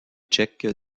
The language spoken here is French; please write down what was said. tchèque